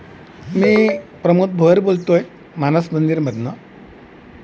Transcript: मी प्रमोद भोयर बोलतो आहे मानस मंदिरमधनं